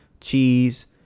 cheese